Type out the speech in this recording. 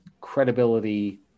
credibility